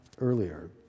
earlier